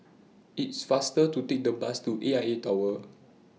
IT IS faster to Take The Bus to A I A Tower